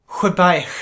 Goodbye